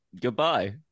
Goodbye